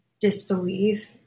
disbelief